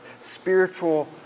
spiritual